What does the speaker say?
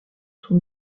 sont